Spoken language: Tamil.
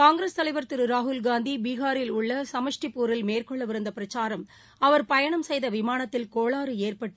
காங்கிரஸ் தலைவர் திருராகுல்காந்தி பீகாரில் உள்ளசமஷ்டிப்பூரில் மேற்கொள்ளவிருந்தபிரச்சாரம் அவர் பயணம் செய்தவிமானத்தில் கோளாறுஏற்பட்டு